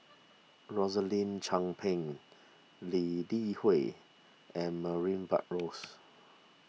Rosaline Chan Pang Lee Li Hui and Murray Buttrose